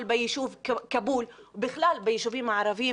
ביישוב כאבול ובכלל ביישובים הערביים,